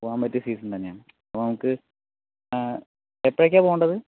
പോകാൻ പറ്റിയ സീസൺ തന്നെയാണ് അപ്പോൾ നമുക്ക് എപ്പോഴേക്കാണ് പോകേണ്ടത്